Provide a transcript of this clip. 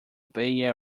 bay